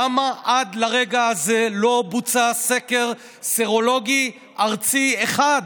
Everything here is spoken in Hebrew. למה עד לרגע זה לא בוצע סקר סרולוגי ארצי אחד?